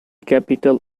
capital